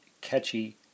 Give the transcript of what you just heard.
catchy